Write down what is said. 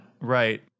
Right